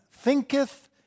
thinketh